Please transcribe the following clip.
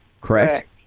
correct